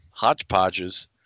hodgepodges